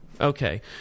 Okay